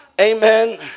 amen